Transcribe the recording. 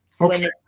Okay